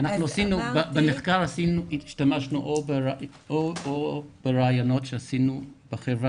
במחקר השתמשנו או בראיונות שעשינו בחברה